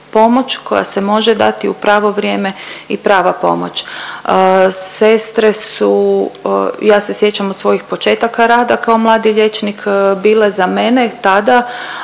koja se može dati u pravo vrijeme i prava pomoć. Sestre su, ja se sjećam od svojih početaka rada kao mladi liječnik bile za mene tada,